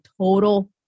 total